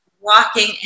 walking